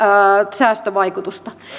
säästövaikutusta